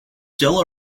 still